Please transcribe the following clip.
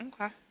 Okay